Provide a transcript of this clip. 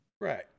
Right